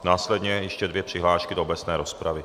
Následně ještě dvě přihlášky do obecné rozpravy.